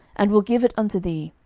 and will give it unto thee,